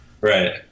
Right